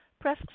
press